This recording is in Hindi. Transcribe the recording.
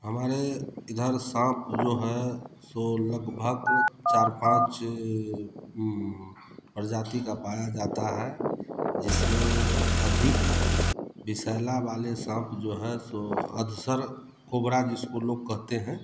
हमारे इधर साँप जो है सो लगभग चार पाँच प्रजाति का पाया जाता है जिसमें अधिक विषैला वाले साँप जो है जो अधसर कोबरा जिसको लोग कहते हैं